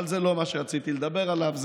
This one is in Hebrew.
אבל זה לא מה שרציתי לדבר עליו.